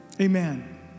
Amen